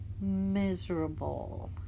miserable